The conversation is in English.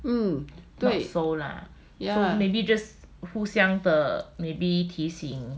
hmm 对